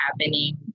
happening